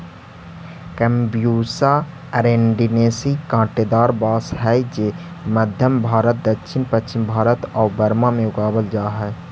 Bambusa arundinacea काँटेदार बाँस हइ जे मध्म भारत, दक्षिण पश्चिम भारत आउ बर्मा में उगावल जा हइ